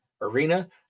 arena